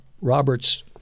Robert's